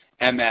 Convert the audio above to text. MS